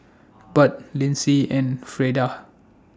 Budd Lynsey and Freda